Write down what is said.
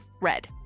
red